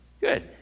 Good